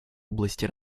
области